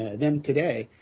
and then today,